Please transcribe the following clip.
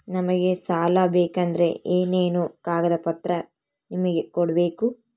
ನಮಗೆ ಸಾಲ ಬೇಕಂದ್ರೆ ಏನೇನು ಕಾಗದ ಪತ್ರ ನಿಮಗೆ ಕೊಡ್ಬೇಕು?